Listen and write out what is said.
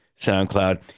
SoundCloud